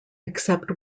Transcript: except